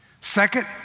Second